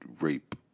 rape